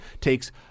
takes